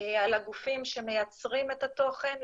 על הגופים שמייצרים את התוכן,